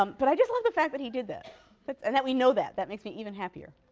um but i just love the fact that he did that but and that we know that. that makes me even happier.